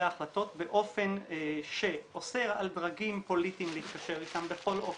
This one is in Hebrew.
ההחלטות באופן שאוסר על דרגים פוליטיים להתקשר איתם בכל אופן.